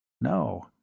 No